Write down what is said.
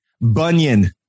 Bunyan